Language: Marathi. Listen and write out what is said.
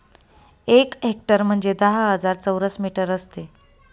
एक हेक्टर म्हणजे दहा हजार चौरस मीटर असते